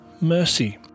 Mercy